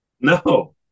No